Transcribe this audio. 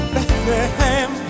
Bethlehem